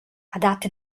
adatte